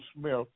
Smith